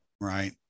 right